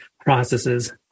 processes